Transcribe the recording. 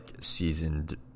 seasoned